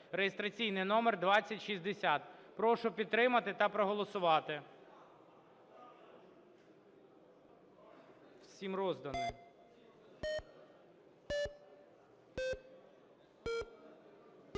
(реєстраційний номер 2660). Прошу підтримати та проголосувати.